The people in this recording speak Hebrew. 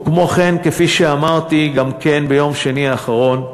וכמו כן, כפי שאמרתי גם כן ביום שני האחרון,